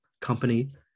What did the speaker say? company